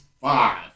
five